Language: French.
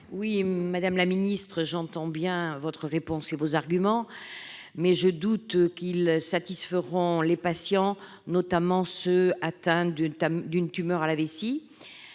Madame la secrétaire d'État, j'entends bien votre réponse et vos arguments, mais je doute qu'ils satisfassent les patients, notamment ceux qui sont atteints d'une tumeur à la vessie.